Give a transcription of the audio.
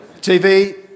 TV